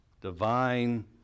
Divine